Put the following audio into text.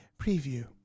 Preview